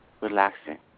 relaxing